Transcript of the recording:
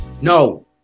No